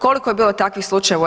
Koliko je bilo takvih slučajeva u EU?